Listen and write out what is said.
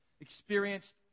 experienced